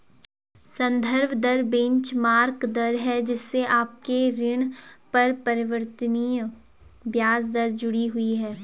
संदर्भ दर बेंचमार्क दर है जिससे आपके ऋण पर परिवर्तनीय ब्याज दर जुड़ी हुई है